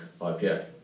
IPA